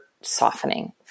softening